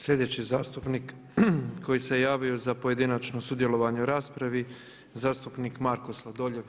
Sljedeći zastupnik koji se javio za pojedinačno sudjelovanje u raspravi, zastupnik Marko Sladoljev.